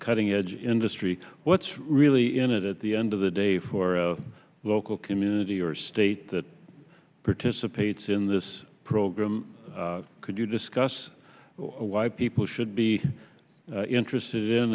cutting edge industry what's really in it at the end of the day for a local community or state that participates in this program could you discuss why people should be interested in